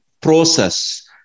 process